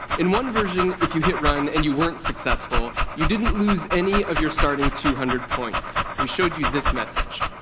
in one version, if you hit run and you weren't successful, you didn't lose any of your starting two hundred points. we showed you this message.